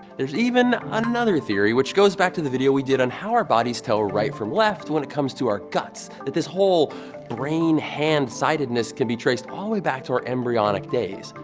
there's even another theory, which goes back to the video we did on how our bodies tell right from left when it comes to our guts, that this whole brain-hand sidedness can be traced all the way back to our embryonic days.